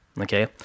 Okay